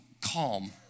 calm